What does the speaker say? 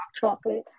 chocolate